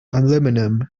aluminum